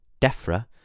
DEFRA